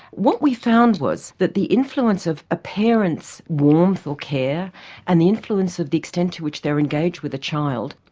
what we found was that the influence of a parent's warmth or care and the influence of the extent to which they were engaged with the child,